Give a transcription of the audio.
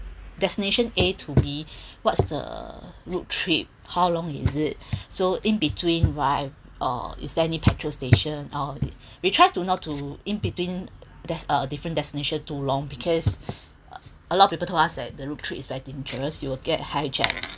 destination A to B what's the road trip how long is it so in between why or is there any petrol station or we try to not too in between there's a different destination too long because a lot of people told us that the road trip is very dangerous you will get hijacked